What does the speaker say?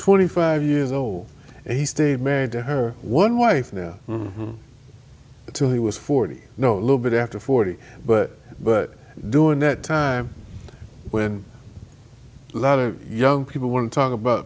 twenty five years old and he stayed married to her one wife now until he was forty no a little bit after forty but but doing that time when a lot of young people want to talk about